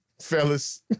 fellas